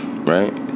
Right